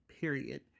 period